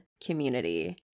community